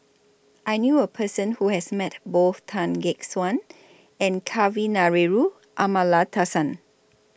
I knew A Person Who has Met Both Tan Gek Suan and Kavignareru Amallathasan